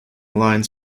lines